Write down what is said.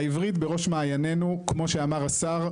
העברית בראש מעייננו, כמו שהשר אמר.